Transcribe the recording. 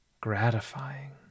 gratifying